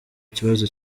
kibazo